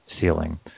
ceiling